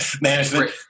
management